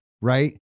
right